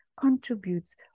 contributes